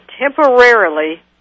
temporarily